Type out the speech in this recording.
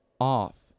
Off